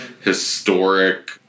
historic